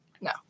No